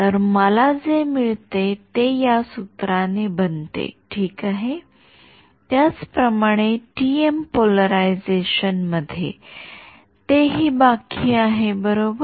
तर मला जे मिळते ते या सूत्राने बनते ठीक आहे त्याचप्रमाणे टीएम पोलरायझेशन मध्ये तेही बाकी आहे बरोबर